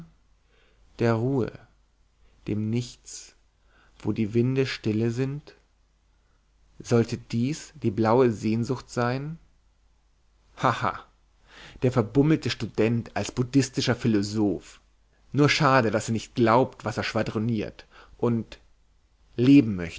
der ruhe dem nichts wo die winde stille sind sollte dies die blaue sehnsucht sein haha der verbummelte student als buddhistischer philosoph nur schade daß er nicht glaubt was er schwadroniert und leben